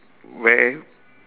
where